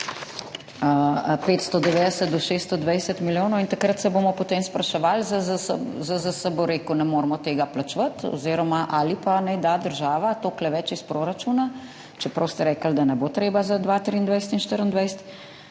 590 do 620 milijonov. In takrat se bomo potem spraševali, ZZZS bo rekel, ne moremo tega plačevati ali pa naj da država toliko več iz proračuna, čeprav ste rekli, da ne bo treba za 2023 in 2024.